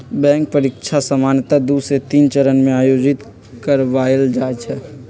bank परीकछा सामान्य दू से तीन चरण में आयोजित करबायल जाइ छइ